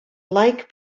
like